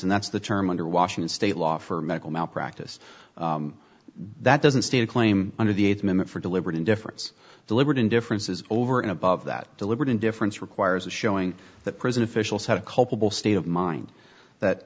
and that's the term under washington state law for medical malpractise that doesn't state a claim under the age limit for deliberate indifference deliberate indifference is over and above that deliberate indifference requires a showing that prison officials had a culpable state of mind that